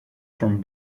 from